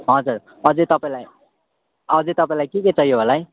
हजुर अझै तपाईँलाई अझै तपाईँलाई के के चाहियो होला है